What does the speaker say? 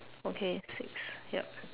okay six yup